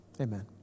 Amen